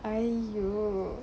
!aiyo!